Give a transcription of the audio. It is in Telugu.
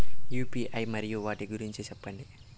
యు.పి.ఐ మరియు వాటి గురించి సెప్పండి?